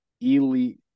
elite